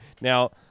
Now